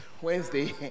Wednesday